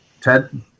Ted